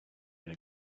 been